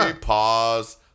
Pause